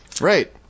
Right